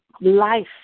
life